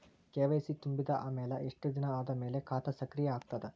KYC ತುಂಬಿದ ಅಮೆಲ ಎಷ್ಟ ದಿನ ಆದ ಮೇಲ ಖಾತಾ ಸಕ್ರಿಯ ಅಗತದ?